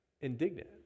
indignant